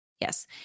Yes